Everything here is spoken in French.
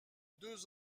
deux